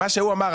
מה שהוא אמר,